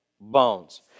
bones